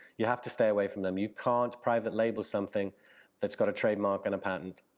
you have to stay away from them. you can't private label something that's got a trademark and a patent.